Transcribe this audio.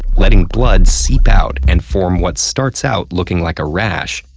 letting blood seep out and form what starts out looking like a rash,